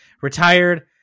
Retired